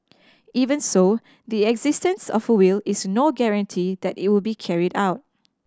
even so the existence of a will is no guarantee that it will be carried out